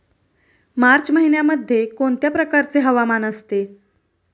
मार्च महिन्यामध्ये कोणत्या प्रकारचे हवामान असते?